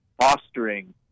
Fostering